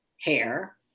hair